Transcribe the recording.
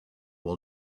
will